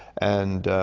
and